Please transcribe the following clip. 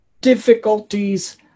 difficulties